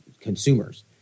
consumers